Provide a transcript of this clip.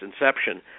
inception